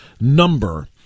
number